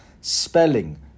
spelling